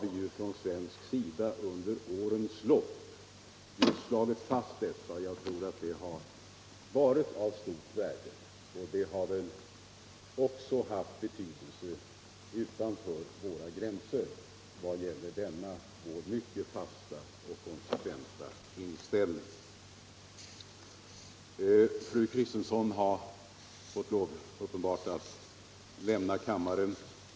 Vi har från svensk sida under årens lopp slagit fast vår inställning, och jag tror att det har varit av stort värde. Denna mycket fasta och konsekventa inställning har väl också haft betydelse utanför våra gränser. Fru Kristensson har uppenbarligen fått lov att lämna kammaren.